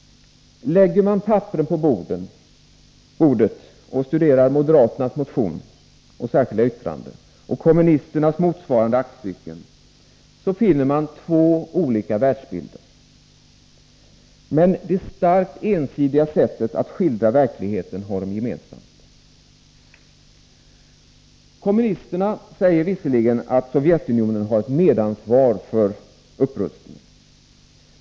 Lägger man papperen på bordet och studerar moderaternas motion och särskilda yttrande och kommunisternas motsvarande aktstycken, finner man två olika världsbilder. Men det starkt ensidiga sättet att skildra verkligheten har de gemensamt. Kommunisterna säger visserligen att Sovjetunionen har ett medansvar för upprustningen.